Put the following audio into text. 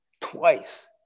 twice